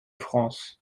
france